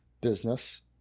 business